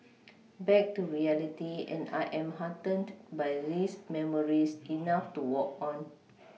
back to reality and I am heartened by these memories enough to walk on